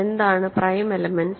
എന്താണ് prime elements